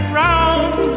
round